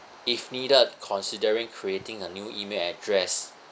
if needed considering creating a new email address